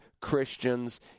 Christians